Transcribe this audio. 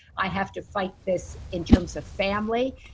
i have to fight this in terms of family,